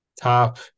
top